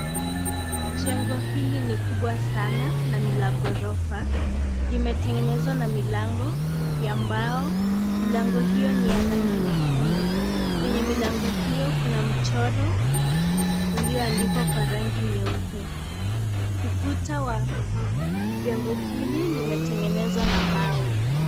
Jengo hili ni kubwa sana, na ni la ghorofa limetengenezwa na milango ya mbao, milango hiyo ni ya rangi nyekundu. Kwenye milango hiyo kuna mchoro ulioandikwa kwa rangi nyeupe. Ukuta wa jengo hili limetengenezwa na mawe.